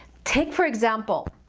take for example,